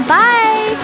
bye